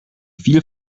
viel